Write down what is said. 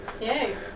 Yay